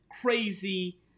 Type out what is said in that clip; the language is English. crazy